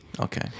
Okay